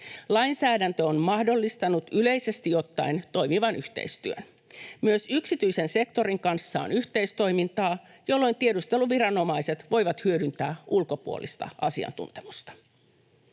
Lainsäädäntö on mahdollistanut yleisesti ottaen toimivan yhteistyön. Myös yksityisen sektorin kanssa on yhteistoimintaa, jolloin tiedusteluviranomaiset voivat hyödyntää ulkopuolista asiantuntemusta.